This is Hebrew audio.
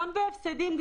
גם בהפסדים,